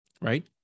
right